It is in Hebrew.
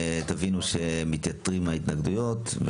תבינו שמתייתרות ההתנגדויות.